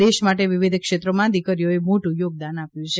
દેશ માટે વિવિધ ક્ષેત્રોમાં દીકરીઓએ મોટું યોગદાન આપ્યું છે